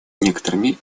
некоторыми